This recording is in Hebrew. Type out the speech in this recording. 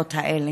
בבחירות האלה.